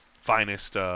finest